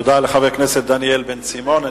תודה לחבר הכנסת דניאל בן-סימון.